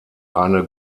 eine